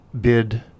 bid